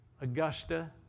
Augusta